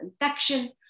infection